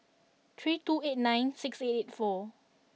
three two eight nine six eight eight four